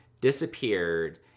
disappeared